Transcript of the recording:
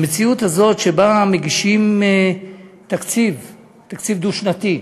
במציאות הזאת שבה מגישים תקציב דו-שנתי,